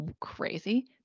Crazy